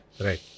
Right